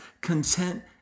content